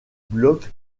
blocs